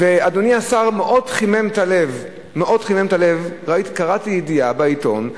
אדוני השר, מאוד חימם את הלב, קראתי ידיעה בעיתון,